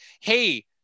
hey